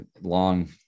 long